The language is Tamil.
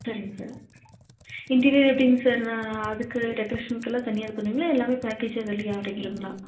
சரிங்க சார் இன்டீரியர் எப்படிங் சார் நான் அதுக்கு டெக்கரேஷனுக்கெல்லாம் தனியாக இது பண்ணுவீங்களா எல்லாமே பேக்கேஜா இதிலயா அடங்கிடுங்களா